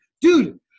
Dude